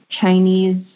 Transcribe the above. Chinese